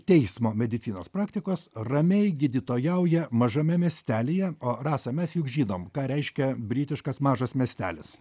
teismo medicinos praktikos ramiai gydytojauja mažame miestelyje o rasa mes juk žinom ką reiškia britiškas mažas miestelis